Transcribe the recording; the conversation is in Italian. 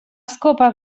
scopa